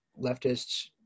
Leftists